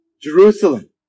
Jerusalem